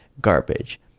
garbage